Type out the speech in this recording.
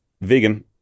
vegan